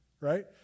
right